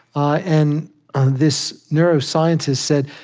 ah and this neuroscientist said,